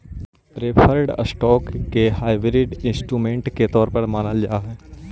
preferred stock के hybrid instrument के तौर पर जानल जा हइ